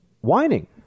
whining